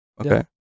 okay